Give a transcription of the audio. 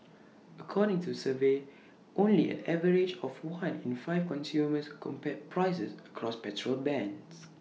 according to the survey only an average of one in five consumers compared prices across petrol brands